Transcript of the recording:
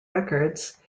records